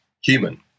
human